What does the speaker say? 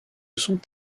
sont